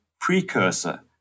precursor